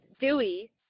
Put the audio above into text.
Dewey